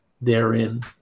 therein